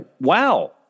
wow